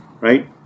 right